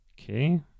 okay